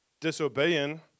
disobeying